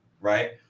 right